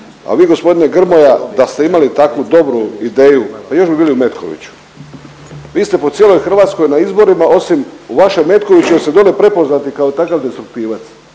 A vi gospodine Grmoja da ste imali takvu dobru ideju pa još bi bili u Metkoviću. Vi ste po cijeloj Hrvatskoj na izborima osim u vašem Metkoviću jer ste dole prepoznati kao takav destruktivac.